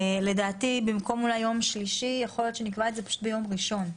יכול להיות שנקבע את זה ביום ראשון,